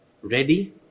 Ready